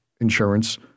insurance